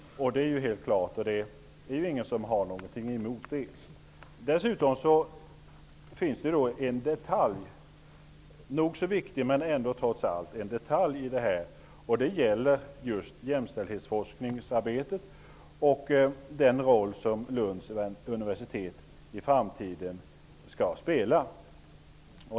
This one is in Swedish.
Det är helt klart, och det är väl ingen som har något emot att så sker. Dessutom finns det en liten, men nog så viktig, detalj när det gäller just jämställdhetsforskningsarbetet och den roll som Lunds universitet i framtiden skall spela.